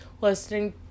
listening